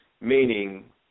meaning